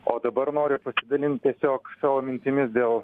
o dabar noriu pasidalint tiesiog savo mintimis dėl